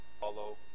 Follow